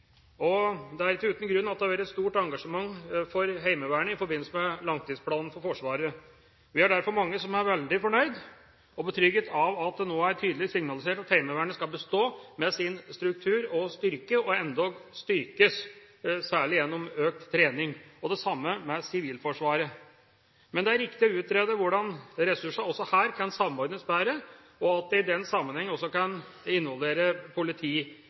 Det er ikke uten grunn at det har vært stort engasjement for Heimevernet i forbindelse med langtidsplanen for Forsvaret. Vi er derfor mange som er veldig fornøyde, og som synes det er betryggende at det nå er tydelig signalisert at Heimevernet skal bestå med sin struktur og styrke, og endog styrkes, særlig gjennom økt trening – det samme med Sivilforsvaret. Men det er viktig å utrede hvordan ressursene også her kan samordnes bedre, og at en i den sammenheng også kan involvere